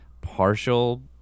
partial